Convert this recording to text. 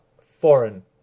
foreign